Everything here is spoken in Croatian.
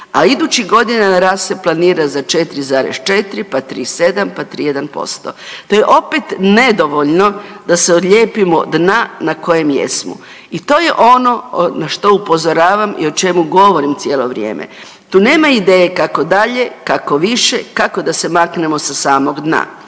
a idućih godina rast se planira za 4,4, pa 3,7, pa 3,1%. To je opet nedovoljno da se odljepimo od dna na kojem jesmo i to je ono na što upozoravam i o čemu govorim cijelo vrijeme. Tu nema ideje kako dalje, kako više, kako da se maknemo sa samog dna.